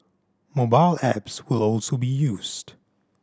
mobile apps will also be used